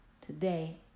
Today